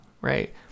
right